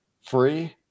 free